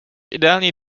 ideální